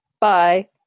Bye